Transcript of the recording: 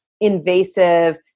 invasive